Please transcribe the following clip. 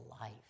life